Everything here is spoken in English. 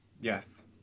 Yes